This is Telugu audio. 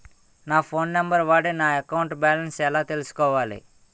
నా ఫోన్ నంబర్ వాడి నా అకౌంట్ బాలన్స్ ఎలా తెలుసుకోవాలి?